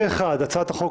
הצבעה בעד, פה אחד הצעת חוק